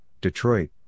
Detroit